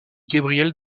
gabriel